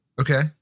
Okay